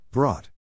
Brought